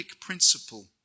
principle